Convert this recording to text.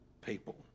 people